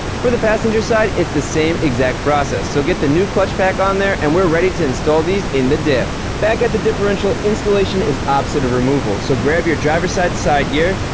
for the passenger side, it's the same exact process, so get the new clutch pack on there, and we are ready to install these in the diff! back at the differential, installation is opposite of removal, so grab your driver side side gear.